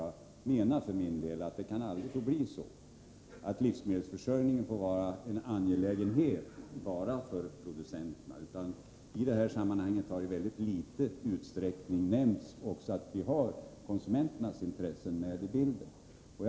Jag menar för min del att det aldrig får bli så, att livsmedelsförsörjningen är en angelägenhet bara för producenterna. I det här sammanhanget har i mycket liten utsträckning nämnts att vi har även konsumenternas intressen med i bilden.